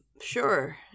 sure